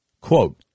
quote